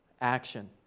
action